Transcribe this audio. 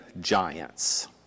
giants